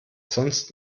sonst